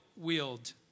wield